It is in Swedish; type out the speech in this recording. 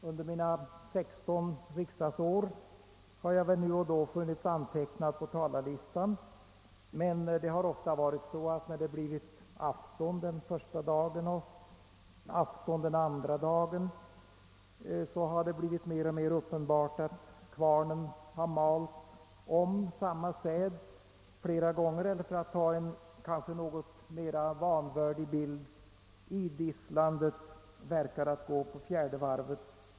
Under mina 16 riksdagsår har jag väl nu och då funnits antecknad på talarlistan, men när det blivit afton den första dagen och afton den andra dagen har det blivit allt mera uppenbart, att kvarnen har malt om samma säd flera gånger eller — för att ta en kanske något vanvördig bild — att idisslandet verkade att gå på fjärde varvet.